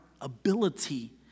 ability